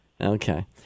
Okay